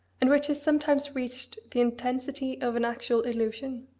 and which has sometimes reached the intensity of an actual illusion,